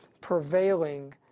prevailing